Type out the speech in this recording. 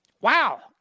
Wow